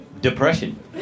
depression